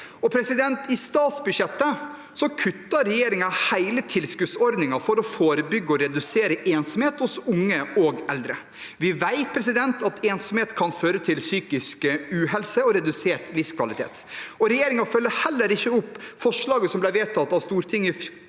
I statsbudsjettet kutter regjeringen hele tilskuddsordningen for å forebygge og redusere ensomhet hos unge og eldre. Vi vet at ensomhet kan føre til psykisk uhelse og redusert livskvalitet. Regjeringen følger heller ikke opp forslaget som ble vedtatt av Stortinget i fjor,